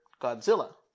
Godzilla